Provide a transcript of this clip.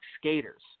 skaters